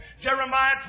Jeremiah